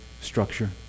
structure